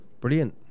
brilliant